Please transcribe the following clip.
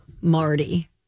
Marty